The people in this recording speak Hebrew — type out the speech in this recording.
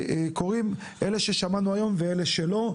אלה ששמענו עליהם היום ואלה שלא.